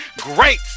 Great